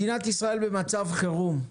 מדינת ישראל במצב חירום.